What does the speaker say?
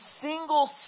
single